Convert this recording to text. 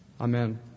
Amen